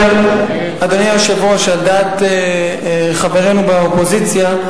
אדוני היושב-ראש, על דעת חברינו באופוזיציה,